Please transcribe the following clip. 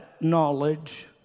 knowledge